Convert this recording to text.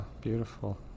beautiful